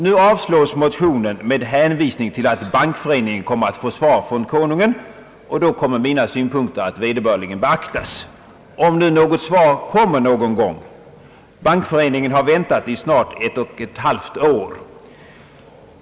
Nu avslås motionen med hänvisning till att Bankföreningen kommer att få svar från Kungl. Maj:t och att mina synpunkter då kommer att i vederbörlig mån beaktas — om nu något svar någon gång kommer att lämnas, Bankföreningen har väntat i snart ett och ett halvt år.